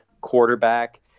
quarterback